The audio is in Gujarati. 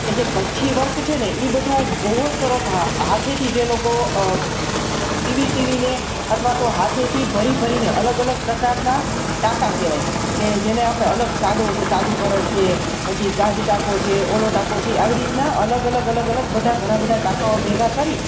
કે જે કચ્છી વર્ક છેને એ બધું બહુ જ સરસ હાથેથી જ એ લોકો સીવી સીવીને અથવા તો હાથેથી ભરી ભરીને અલગ અલગ પ્રકારના ટાંકા કહેવાય કે જેને આપળે અલગ સાદું કે સાદું ભરત છે પછી કાંચી ટાંકો છે પેલો ટાંકો છે આવી રીતના અલગ અલગ અલગ અલગ બધા ઘણાબધા ટાંકાઓ ભેગા કરી